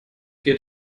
geht